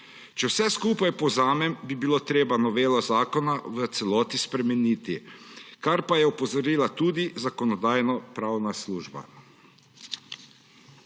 Če vse skupaj povzamem, bi bilo treba novelo zakona v celoti spremeniti, kar pa je opozorila tudi Zakonodajno-pravna služba.